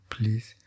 Please